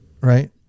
right